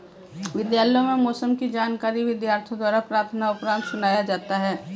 विद्यालयों में मौसम की जानकारी विद्यार्थियों द्वारा प्रार्थना उपरांत सुनाया जाता है